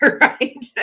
right